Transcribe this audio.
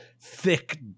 thick